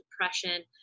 depression